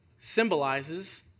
symbolizes